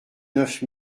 neuf